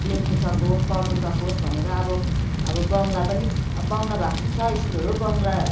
लेख्नु सकोस् पढ्नु सकोस् भनेर अब अब बङ्गला पनि बङ्गला भएको पनि छ स्कुलहरू बङ्गला